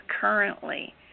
currently